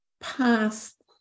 past